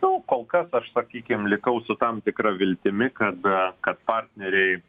nu kol kas aš sakykim likau su tam tikra viltimi kad kad partneriai